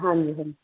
ਹਾਂਜੀ ਹਾਂਜੀ